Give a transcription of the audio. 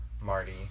Marty